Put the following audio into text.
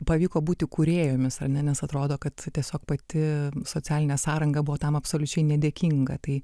pavyko būti kūrėjomis ar ne nes atrodo kad tiesiog pati socialinė sąranga buvo tam absoliučiai nedėkinga tai